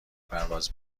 پرواز